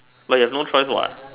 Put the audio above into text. but you have no choice what